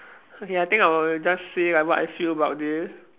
okay ya I think I will just say like what I feel about this